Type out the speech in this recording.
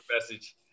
message